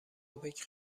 اوپک